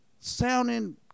sounding